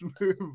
move